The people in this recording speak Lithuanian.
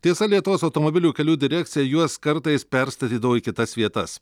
tiesa lietuvos automobilių kelių direkcija juos kartais perstatydavo į kitas vietas